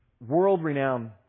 world-renowned